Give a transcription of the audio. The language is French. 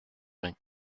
vingt